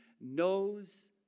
knows